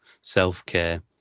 self-care